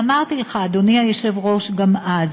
אמרתי לך, אדוני היושב-ראש, גם אז: